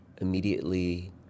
immediately